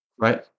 right